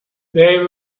they